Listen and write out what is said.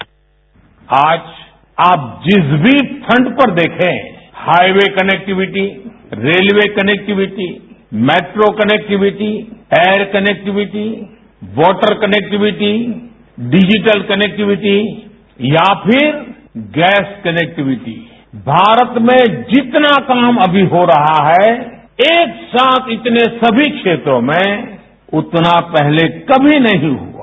bite प्रधानमंत्री आज आप जिस भी फ्रंट पर देखे highway connectivity railway connectivity metro connectivity air connectivity water connectivity digital connectivity या फिर गैस कनेक्टिविटी भारत में जितना काम अभी हो रहा है एक साथ इतने सभी क्षेत्रों में उतना पहले कभी नहीं हुआ